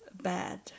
bad